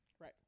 right